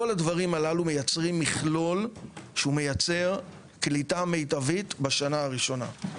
כל הדברים הללו מייצרים מכלול שהוא מייצר קליטה מיטבית בשנה הראשונה.